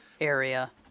area